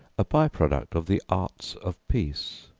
a by-product of the arts of peace.